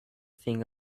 thing